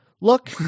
look